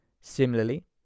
Similarly